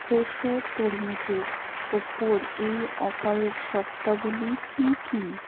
Fresho তরমুজের ওপর এই অফারের শর্তাবলী কী কী